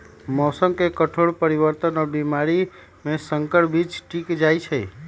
मौसम के कठोर परिवर्तन और बीमारी में संकर बीज टिक जाई छई